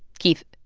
keith,